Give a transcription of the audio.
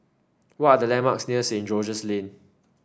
what are the landmarks near St George's Lane